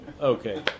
Okay